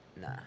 nah